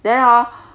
then hor